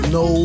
no